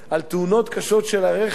על תאונות קשות של הרכב,